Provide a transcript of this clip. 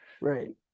Right